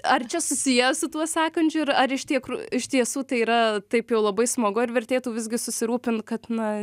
ar čia susiję su tuo sąkandžiu ir ar iš tikr iš tiesų tai yra taip jau labai smagu ar vertėtų visgi susirūpint kad na